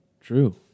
True